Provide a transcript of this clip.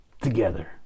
together